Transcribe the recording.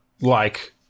like-